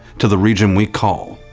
to the region we call.